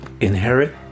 inherit